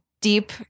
deep